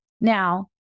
Now